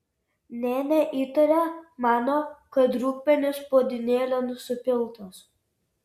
nė neįtaria mano kad rūgpienis puodynėlėn supiltas